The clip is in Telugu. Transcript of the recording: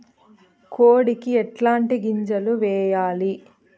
కోడికి ఎట్లాంటి గింజలు వేయాలి?